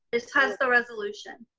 just has the resolution.